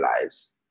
lives